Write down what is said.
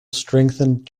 strengthened